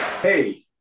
Hey